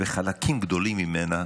חלקים גדולים ממנה,